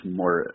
more